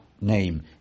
name